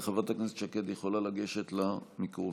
וחברת הכנסת שקד יכולה לגשת למיקרופון.